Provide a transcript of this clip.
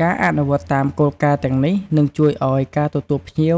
ការអនុវត្តតាមគោលការណ៍ទាំងនេះ នឹងជួយឲ្យការទទួលភ្ញៀវ